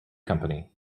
company